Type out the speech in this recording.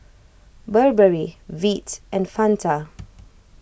Burberry Veet and Fanta